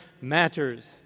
matters